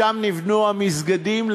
ושם נבנו המסגדים,